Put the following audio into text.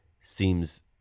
seems